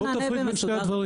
בוא תפריד בין שני הדברים.